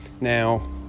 Now